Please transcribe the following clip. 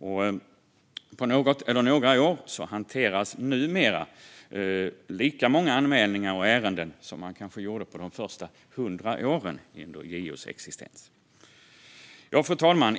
Numera hanteras på något eller några år lika många anmälningar och ärenden som hanterades de första hundra åren av JO:s existens. Fru talman!